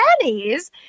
pennies